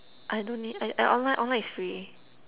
I don't need I online online is free